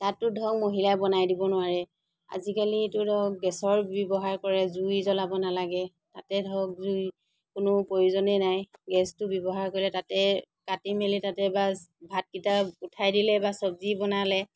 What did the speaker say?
তাতটো ধৰক মহিলাই বনাই দিব নোৱাৰে আজিকালিতো ধৰক গেছৰ ব্যৱহাৰ কৰে জুই জ্বলাব নালাগে তাতে ধৰক জুইৰ কোনো প্ৰয়োজনে নাই গেছটো ব্যৱহাৰ কৰিলে তাতে কাটি মেলি তাতে বাছ ভাতকেইটা উঠাই দিলে বা চবজী বনালে